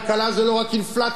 כלכלה זה לא רק אינפלציה,